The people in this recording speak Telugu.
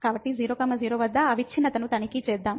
కాబట్టి 00 వద్ద అవిచ్ఛిన్నతను తనిఖీ చేద్దాం